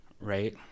right